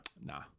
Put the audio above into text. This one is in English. Nah